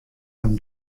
fan